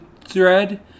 thread